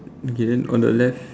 okay then on the left